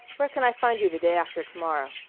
where can i find you the day after to-morrow?